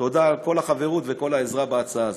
תודה על כל החברות וכל העזרה בהצעה הזאת.